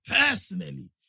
personally